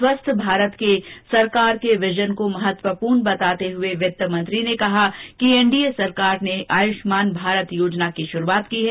स्वस्थ भारत को सरकार के विजन में महत्वपूर्ण बताते हुए वित्तमंत्री ने कहा कि एनंडीए सरकार ने आयुष्मान भारत योजना की शुरूआत की है